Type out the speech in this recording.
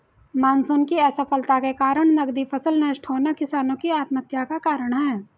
monsoon की असफलता के कारण नकदी फसल नष्ट होना किसानो की आत्महत्या का कारण है